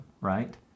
right